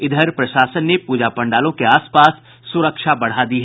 इधर प्रशासन ने पूजा पंडलों के आसपास सुरक्षा बढ़ा दी है